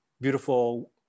beautiful